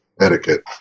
etiquette